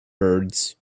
birds